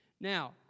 Now